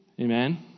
Amen